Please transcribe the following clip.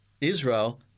Israel